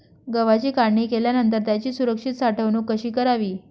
गव्हाची काढणी केल्यानंतर त्याची सुरक्षित साठवणूक कशी करावी?